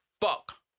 fuck